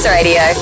Radio